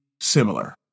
similar